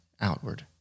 outward